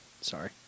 Sorry